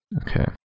Okay